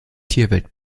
tierwelt